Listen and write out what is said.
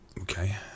Okay